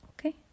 Okay